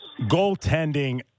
Goaltending